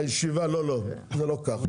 לא, זה לא כך.